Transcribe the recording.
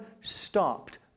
stopped